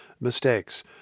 mistakes